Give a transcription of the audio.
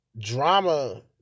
Drama